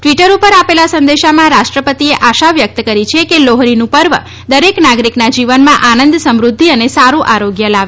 Twitter ઉપર આપેલા સંદેશામાં રાષ્ટ્રપતિએ આશા વ્યક્ત કરી છે કે લોહરીનું પર્વ દરેક નાગરિકના જીવનમાં આનંદ સમૃદ્ધિ અને સારૃ આરોગ્ય લાવે